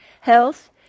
Health